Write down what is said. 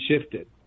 shifted